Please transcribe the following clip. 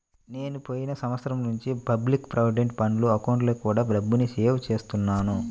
నేను పోయిన సంవత్సరం నుంచి పబ్లిక్ ప్రావిడెంట్ ఫండ్ అకౌంట్లో కూడా డబ్బుని సేవ్ చేస్తున్నాను